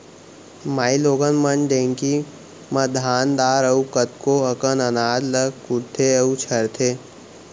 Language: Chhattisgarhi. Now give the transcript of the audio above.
माइलोगन मन ढेंकी म धान दार अउ कतको अकन अनाज ल कुटथें अउ छरथें